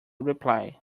reply